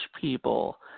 people